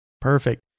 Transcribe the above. Perfect